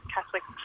Catholic